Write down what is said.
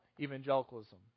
Evangelicalism